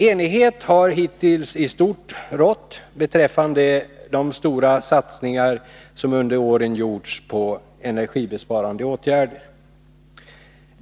Enighet har hittills i stort rått beträffande de stora satsningar som under åren gjorts på energibesparande åtgärder.